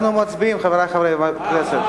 אנחנו מצביעים, חברי חברי הכנסת.